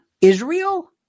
Israel